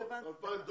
2,000 דולר?